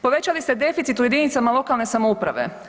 Povećali ste deficit u jedinicama lokalne samouprave.